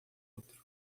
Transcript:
outro